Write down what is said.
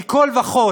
מכול וכול,